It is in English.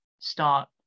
start